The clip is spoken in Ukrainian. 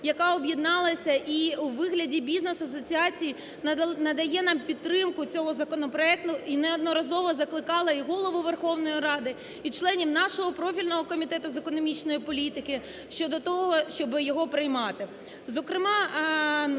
яка об'єдналася, і у вигляді бізнес-асоціацій надає нам підтримку цього законопроекту і неодноразово закликала і Голову Верховної Ради, і членів нашого профільного комітету з економічної політики щодо того, щоб його приймати.